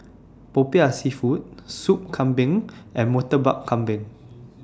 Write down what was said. Popiah Seafood Soup Kambing and Murtabak Kambing